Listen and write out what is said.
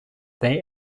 they